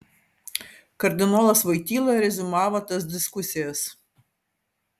kardinolas voityla reziumavo tas diskusijas